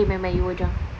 okay never mind you were drunk